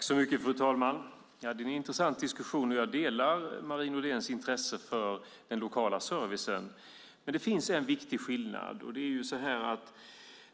Fru talman! Det är en intressant diskussion. Jag delar Marie Nordéns intresse för den lokala servicen, men det finns en viktig skillnad.